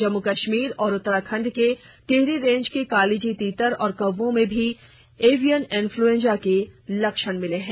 जम्मू कश्मीर और उत्तराखंड के टिहरी रेंज के कालिजी तीतर और कौओं में भी एवियन इन्फ्लुएंजा के लक्षण मिले हैं